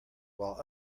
while